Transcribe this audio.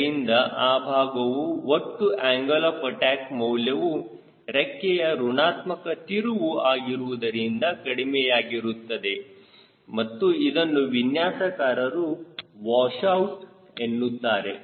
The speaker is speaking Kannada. ಇದರಿಂದ ಆ ಭಾಗದಲ್ಲಿ ಒಟ್ಟು ಆಂಗಲ್ ಆಫ್ ಅಟ್ಯಾಕ್ ಮೌಲ್ಯವು ರೆಕ್ಕೆಗೆ ಋಣಾತ್ಮಕ ತಿರುವು ಆಗಿರುವುದರಿಂದ ಕಡಿಮೆಯಾಗಿರುತ್ತದೆ ಮತ್ತು ಇದನ್ನು ವಿನ್ಯಾಸಕಾರರು ವಾಷ್ ಔಟ್ ಎನ್ನುತ್ತಾರೆ